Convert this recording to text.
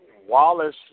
Wallace